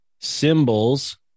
symbols